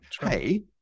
Hey